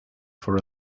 for